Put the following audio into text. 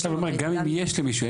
גם אם יש למישהו,